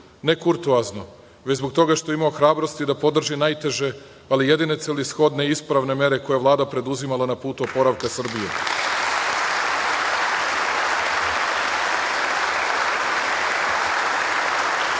ne kurtuazno, već zbog toga što je imao hrabrosti da podrži najteže, ali jedine celishodne ispravne mere koju je Vlada preduzimala na putu oporavka Srbije.